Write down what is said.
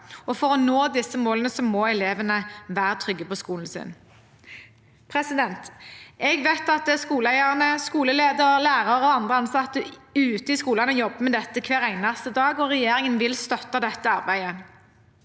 For å nå disse målene må elevene være trygge på skolen sin. Jeg vet at skoleeiere, skoleledere, lærere og andre ansatte ute i skolene jobber med dette hver eneste dag. Regjeringen vil støtte dette arbeidet.